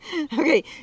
Okay